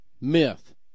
Myth